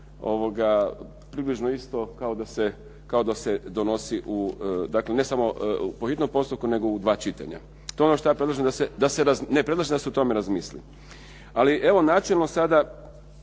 približno isto kao da se donosi, dakle ne samo po hitnom postupku, nego u dva čitanja. To je ono što ja predlažem da se, ne, predlažem da se o tome razmisli. Ali evo načelno sada,